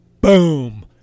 Boom